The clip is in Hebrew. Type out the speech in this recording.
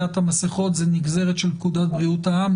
המסכות זה נגזרת של פקודת הבריאות העם,